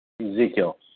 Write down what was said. Ezekiel